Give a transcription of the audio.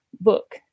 book